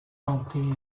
tenter